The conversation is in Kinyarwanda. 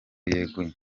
yeguye